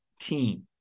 team